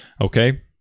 Okay